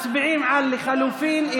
מצביעים על לחלופין.